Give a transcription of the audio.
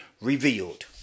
revealed